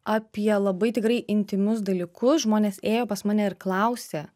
apie labai tikrai intymius dalykus žmonės ėjo pas mane ir klausė